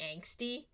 angsty